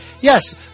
Yes